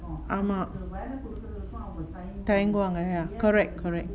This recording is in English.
ஆமா தயங்குவாங்க:amaa thayanguvaanga correct correct